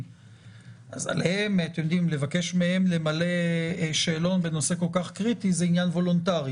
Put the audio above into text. - אז לבקש מהם למלא שאלון בנושא כל כך קריטי זה עניין וולונטרי.